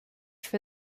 for